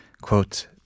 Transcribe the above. quote